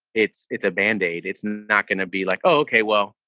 it's it's a band-aid. it's not going to be like, ok, well,